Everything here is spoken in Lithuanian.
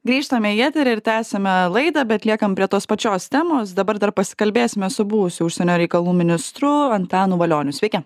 grįžtame į eterį ir tęsiame laidą bet liekam prie tos pačios temos dabar dar pasikalbėsime su buvusiu užsienio reikalų ministru antanu valioniu sveiki